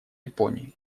японии